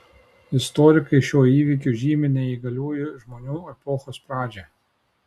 istorikai šiuo įvykiu žymi neįgaliųjų žmonių epochos pradžią